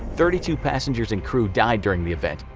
thirty two passengers and crew died during the event,